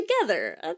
together